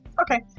Okay